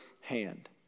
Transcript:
hand